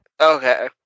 Okay